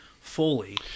fully